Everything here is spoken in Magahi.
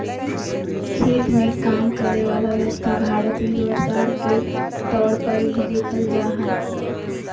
खेत मे काम करय वला व्यक्ति भारत मे रोजगार के तौर पर भी देखल जा हय